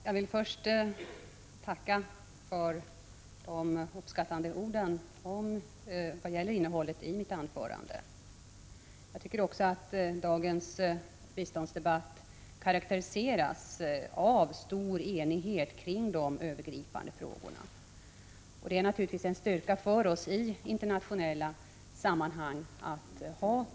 Fru talman! Jag vill först tacka för de uppskattande orden när det gäller innehållet i mitt anförande. Jag tycker också att dagens biståndsdebatt karakteriseras av stor enighet kring de övergripande frågorna. Den enigheten är naturligtvis en styrka för oss i internationella sammanhang.